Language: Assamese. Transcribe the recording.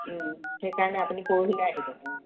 সেইকাৰণে আপুনি পৰহিলৈ আহিব